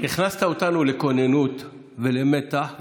הכנסת אותנו לכוננות ולמתח,